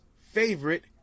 favorite